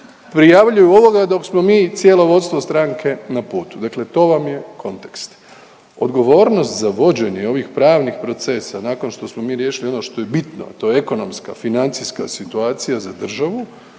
prijavljuju ovoga dok smo mi cijelo vodstvo stranke na putu. Dakle to vam je kontekst. Odgovornost za vođenje ovih pravnih procesa nakon što smo mi riješili ono što je bitno, a to je ekonomska, financijska situacija za državu,